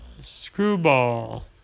Screwball